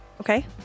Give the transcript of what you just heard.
Okay